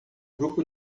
grupo